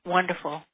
wonderful